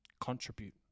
contribute